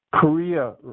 Korea